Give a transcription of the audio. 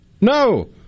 No